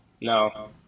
No